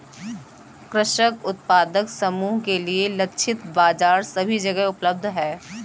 कृषक उत्पादक समूह के लिए लक्षित बाजार सभी जगह उपलब्ध है